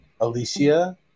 Alicia